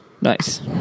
Nice